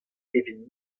evit